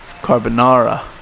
carbonara